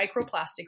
microplastics